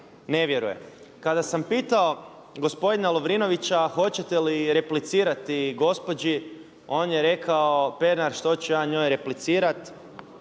ne vjeruje. Kada sam pitao gospodina Lovrinovića hoćete li replicirati gospođi on je rekao Pernar što ću ja njoj replicirati,